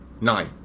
Nine